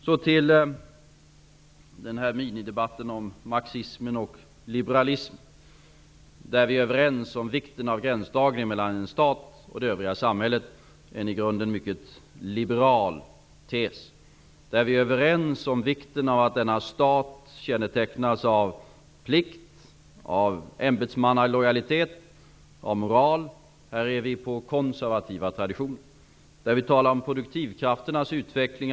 Så till minidebatten om marxismen och liberalismen: Vi är överens om vikten av gränsdragning mellan en stat och det övriga samhället -- en i grunden mycket liberal tes. Vi är överens om vikten av att denna stat kännetecknas av plikt, ämbetsmannalojalitet och moral. Här är vi inne på konservativa traditioner. Vi talar om produktivkrafternas utveckling.